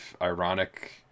ironic